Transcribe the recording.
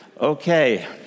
Okay